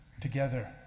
Together